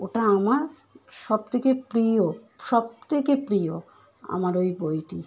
ওটা আমার সবথেকে প্রিয় সবথেকে প্রিয় আমার ওই বইটি